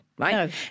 Right